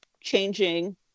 changing